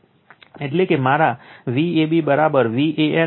એટલે કે મારા Vab Van Vbn છે